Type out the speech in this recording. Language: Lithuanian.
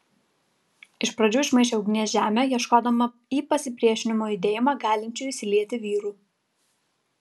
iš pradžių išmaišė ugnies žemę ieškodama į pasipriešinimo judėjimą galinčių įsilieti vyrų